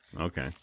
Okay